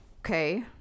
Okay